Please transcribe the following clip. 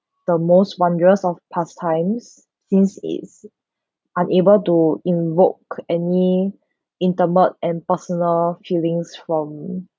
the most wondrous of past times since it's unable to invoke any intimate and personal feelings from